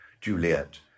Juliet